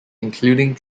including